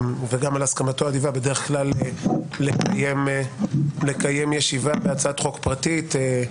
וגם על הסכמתו האדיבה בדרך כלל לקיים ישיבה בהצעת חוק פרטית.